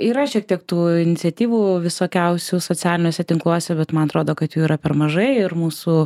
yra šiek tiek tų iniciatyvų visokiausių socialiniuose tinkluose bet man atrodo kad jų yra per mažai ir mūsų